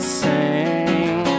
sing